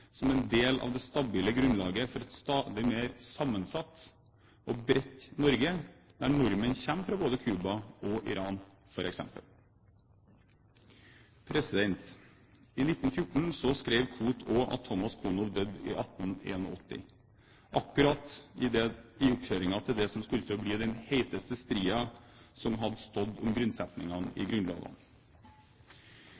som en del av det stabile grunnlaget for et stadig mer sammensatt og bredt Norge, der nordmenn kommer fra både Cuba og Iran, f.eks. I 1914 skrev Koht at Thomas Konow døde i 1881, akkurat i oppkjøringen til det som skulle bli den heteste striden som hadde stått om grunnsetningene i